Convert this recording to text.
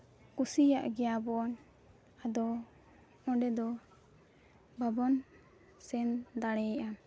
ᱠᱩᱥᱤᱭᱟᱜ ᱜᱮᱭᱟ ᱵᱚᱱ ᱟᱫᱚ ᱚᱸᱰᱮ ᱫᱚ ᱵᱟᱵᱚᱱ ᱥᱮᱱ ᱫᱟᱲᱮᱭᱟᱜᱼᱟ